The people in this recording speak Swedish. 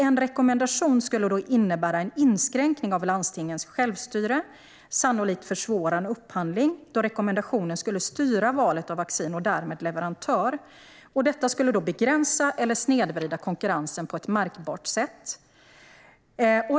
En rekommendation skulle innebära en inskränkning av landstingens självstyre och sannolikt försvåra en upphandling, då rekommendationen skulle styra valet av vaccin och därmed leverantör. Detta skulle begränsa eller snedvrida konkurrensen på ett märkbart sätt.